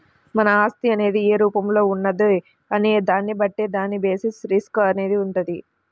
మన ఆస్తి అనేది ఏ రూపంలో ఉన్నది అనే దాన్ని బట్టి దాని బేసిస్ రిస్క్ అనేది వుంటది